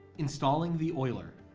installing the oiler.